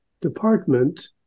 department